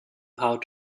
how